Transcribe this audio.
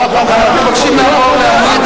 אדוני היושב-ראש, אז אנחנו מבקשים לעבור לעמוד